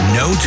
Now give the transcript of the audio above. no